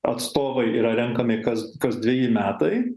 atstovai yra renkami kas kas dveji metai